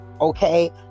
okay